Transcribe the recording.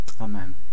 Amen